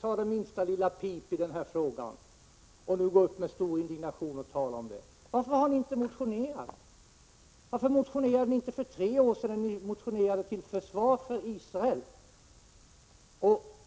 hör det minsta lilla pip från folkpartiet i den här frågan. Men nu går ni ut med stor indignation. Varför har ni inte motionerat? Varför motionerade ni inte för tre år sedan, när ni motionerade till försvar för Israel?